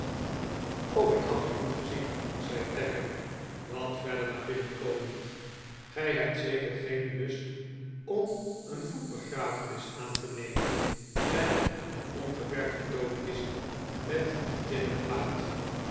ik had u niet gezien zei tacker wat verder naar binnen komend gij hebt zeker geen lust om een voet begrafenis aan te nemen met een ongeverfde doodkist met tinnen